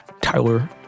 Tyler